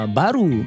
baru